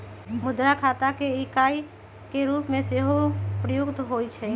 मुद्रा खता के इकाई के रूप में सेहो प्रयुक्त होइ छइ